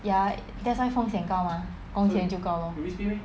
ya that's why 风险高 mah 工钱就高